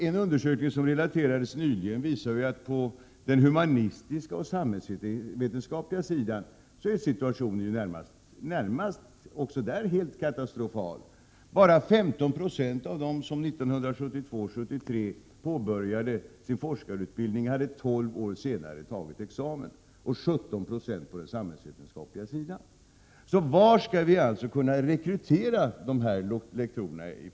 En undersökning som nyligen relaterats visar att situationen är i det närmaste katastrofal på den humanistiska och samhällsvetenskapliga sidan. Bara 15 96 av dem som 1972/73 påbörjade sin forskarutbildning på humanistisk fakultet hade avlagt examen tolv år senare. Siffran för den samhällsvetenskapliga sidan är 17 90. Varifrån skall vi fortsättningsvis kunna rekrytera lektorer?